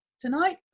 tonight